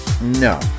No